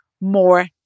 more